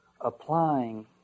applying